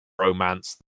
romance